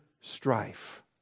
strife